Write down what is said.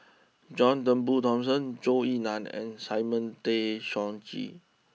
John Turnbull Thomson Zhou Ying Nan and Simon Tay Seong Chee